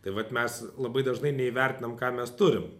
tai vat mes labai dažnai neįvertinam ką mes turim